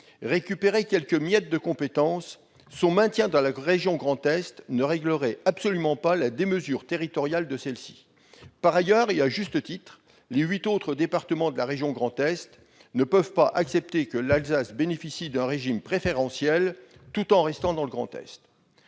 récupérait quelques miettes de compétences, son maintien dans la région Grand Est ne réglerait absolument pas la démesure territoriale de celle-ci. Par ailleurs, et à juste titre, les huit autres départements de la région Grand Est ne peuvent pas accepter que l'Alsace bénéficie d'un régime préférentiel tout en restant dans le Grand Est.